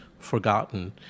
Forgotten